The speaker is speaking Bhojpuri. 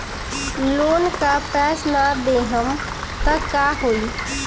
लोन का पैस न देहम त का होई?